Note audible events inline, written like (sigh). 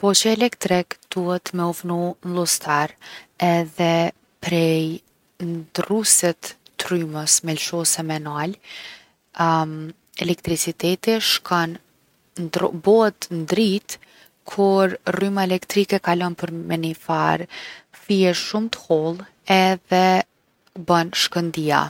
Poçi elektrik duhet me u vnu n’lluster edhe prej ndrrusit t’rrymes me lshu ose me nal (hesitation) elektriciteti shkon ndrr- bohet dritë kur rryma elektrike kalon në ni far fije shumë t’holl edhe bon shkëndija.